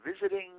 visiting